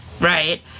right